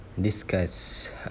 discuss